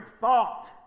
thought